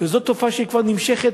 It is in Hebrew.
וזו תופעה שכבר נמשכת,